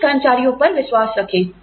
अपने कर्मचारियों पर विश्वास रखें